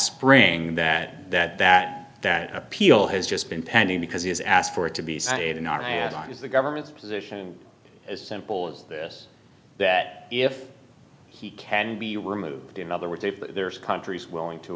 spring that that that that appeal has just been pending because he has asked for it to be in our hands on is the government's position as simple as this that if he can be removed in other words if there is countries willing to